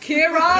Kira